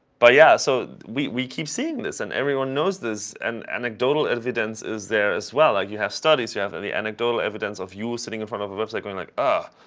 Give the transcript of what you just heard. but, yeah. so we we keep seeing this. and everyone knows this. and anecdotal evidence is there as well. like you have studies. you have the anecdotal evidence of you sitting in front of a website going like, ah